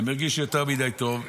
הם הרגישו יותר מדי טוב,